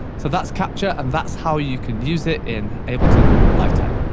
so that's capture, and that's how you can use it in ableton live ten.